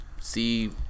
see